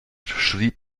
schrieb